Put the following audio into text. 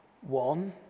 One